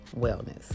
wellness